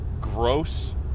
gross